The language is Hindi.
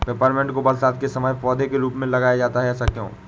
पेपरमिंट को बरसात के समय पौधे के रूप में लगाया जाता है ऐसा क्यो?